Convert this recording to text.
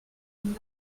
une